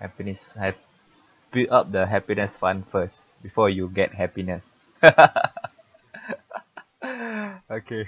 happiness hav~ build up the happiness fund first before you get happiness ah okay